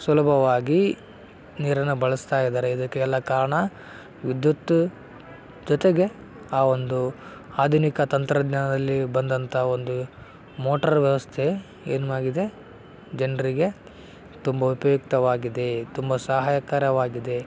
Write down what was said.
ಸುಲಭವಾಗಿ ನೀರನ್ನು ಬಳಸ್ತಾ ಇದ್ದಾರೆ ಇದಕ್ಕೆ ಎಲ್ಲ ಕಾರಣ ವಿದ್ಯುತ್ತು ಜೊತೆಗೆ ಆ ಒಂದು ಆಧುನಿಕ ತಂತ್ರಜ್ಞಾನದಲ್ಲಿ ಬಂದಂಥ ಒಂದು ಮೋಟ್ರ್ ವ್ಯವಸ್ಥೆ ಏನು ಆಗಿದೆ ಜನರಿಗೆ ತುಂಬ ಉಪಯುಕ್ತವಾಗಿದೆ ತುಂಬ ಸಹಾಯಕರವಾಗಿದೆ